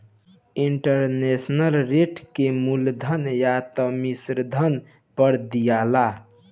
interest rate के मूलधन या त मिश्रधन पर दियाला